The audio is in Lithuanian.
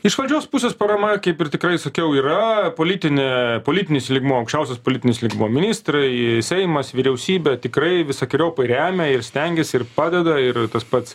iš valdžios pusės parama kaip ir tikrai sakiau yra politinė politinis lygmuo aukščiausias politinis lygmuo ministrai seimas vyriausybė tikrai visokeriopai remia ir stengiasi ir padeda ir tas pats